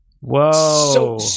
whoa